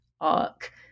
arc